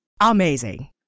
amazing